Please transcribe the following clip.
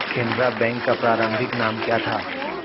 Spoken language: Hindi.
केनरा बैंक का प्रारंभिक नाम क्या था?